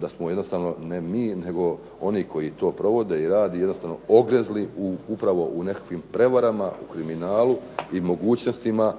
da smo jednostavno, ne mi nego oni koji to provode i rade, jednostavno ogrezli upravo u nekakvim prevarama, u kriminalu i mogućnostima